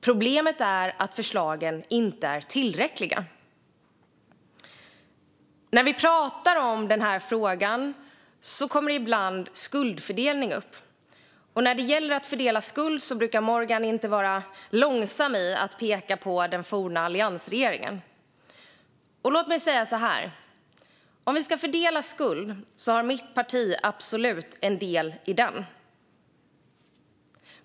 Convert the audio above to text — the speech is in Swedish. Problemet är att förslagen inte är tillräckliga. När vi pratar om det här kommer ibland frågan om skuldfördelning upp. När det gäller att fördela skuld brukar Morgan inte vara sen att peka på den forna alliansregeringen. Låt mig säga så här: Om vi ska fördela skuld har mitt parti absolut en del av den.